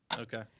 Okay